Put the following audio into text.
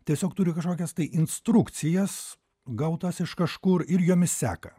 tiesiog turi kažkokias tai instrukcijas gautas iš kažkur ir jomis seka